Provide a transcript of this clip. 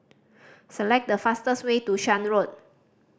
select the fastest way to Shan Road